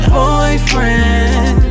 boyfriend